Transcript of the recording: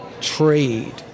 trade